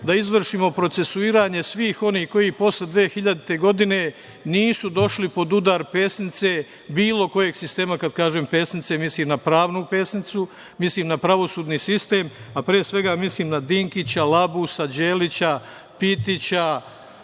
da izvršimo procesuiranje svih onih koji posle 2000. godine nisu došli pod udar pesnice bilo kojeg sistema. Kada kažem pesnice, mislim na pravnu pesnicu, mislim na pravosudni sistem, a pre svega mislim na Dinkića, Labusa, Đelića, Pitića,